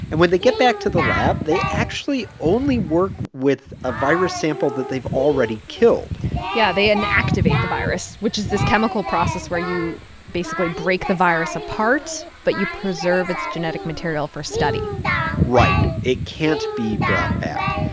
and when they get back to the lab, they actually only work with a virus sample that they've already killed yeah. they inactivate the virus, which is this chemical process where you basically break the virus apart but you preserve its genetic material for study right. it can't be brought back.